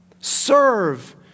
Serve